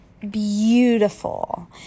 beautiful